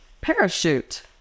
parachute